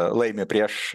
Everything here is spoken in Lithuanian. laimi prieš